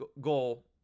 goal